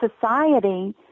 society